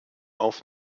auf